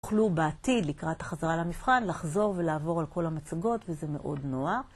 יוכלו בעתיד לקראת החזרה למבחן, לחזור ולעבור על כל המצגות, וזה מאוד נוח.